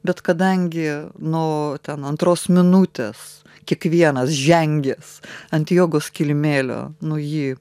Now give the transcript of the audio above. bet kadangi nuo ten antros minutes kiekvienas žengęs ant jogos kilimėlio nu jį